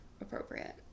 appropriate